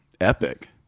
epic